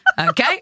okay